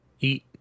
eat